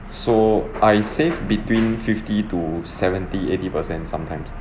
so I save between fifty to seventy eighty per cent sometimes